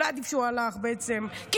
אולי בעצם עדיף שהוא הלך, פריימריז.